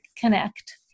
connect